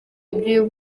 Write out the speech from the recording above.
ibyo